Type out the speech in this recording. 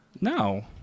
No